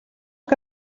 que